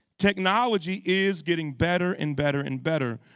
technology is getting better and better and better.